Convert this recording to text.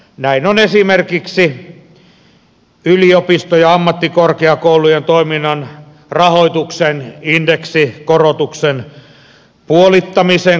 näin on esimerkiksi yliopisto ja ammattikorkeakoulujen toiminnan rahoituksen indeksikorotuksen puolittamisen kohdalla